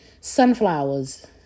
sunflowers